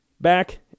back